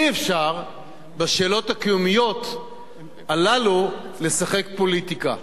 אי-אפשר, בשאלות הקיומיות הללו, לשחק פוליטיקה.